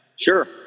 Sure